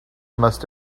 must